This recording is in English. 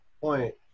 point